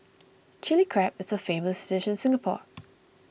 Chilli Crab is a famous dish in Singapore